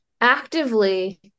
actively